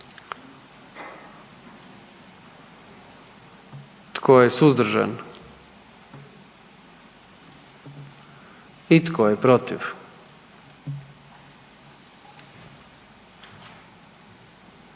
Tko je suzdržan? I tko je protiv?